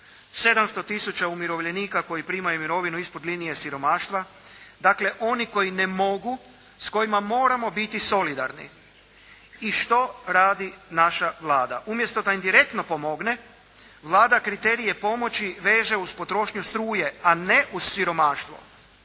700 tisuća umirovljenika koji primaju mirovinu ispod linije siromaštva. Dakle oni koji ne mogu, s kojima moramo biti solidarni. I što radi naša Vlada? Umjesto da im direktno pomogne, Vlada kriterije pomoći veže uz potrošnju struje, a ne uz siromaštvo,